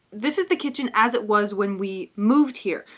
this is the kitchen as it was when we moved here.